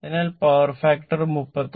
അതിനാൽ power factor 36